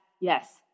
yes